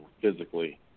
physically